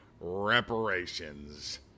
reparations